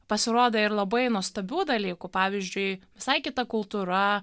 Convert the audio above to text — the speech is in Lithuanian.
pasirodė ir labai nuostabių dalykų pavyzdžiui visai kita kultūra